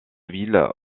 ville